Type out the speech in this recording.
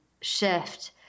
shift